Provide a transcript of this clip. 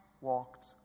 walked